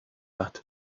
that